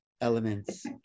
elements